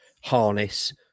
Harness